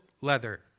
leather